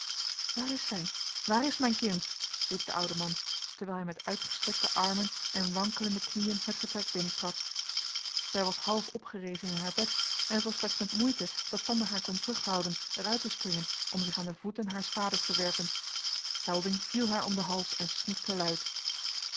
waar is zij waar is mijn kind riep de oude man terwijl hij met uitgestrekte armen en wankelende knieën het vertrek binnentrad zij was half opgerezen in haar bed en het was slechts met moeite dat sander haar kon terughouden er uit te springen om zich aan de voeten haars vaders te werpen helding viel haar om den hals en snikte luid